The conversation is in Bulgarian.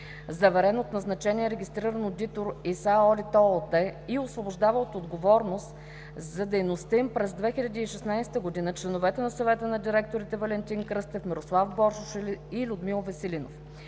заверен от назначения регистриран одитор „ИсаОдит“ ООД и освобождава от отговорност за дейността им през 2016 г., членовете на Съвета на директорите – Валентин Кръстев, Мирослав Боршош и Людмил Веселинов.